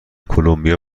کلمبیا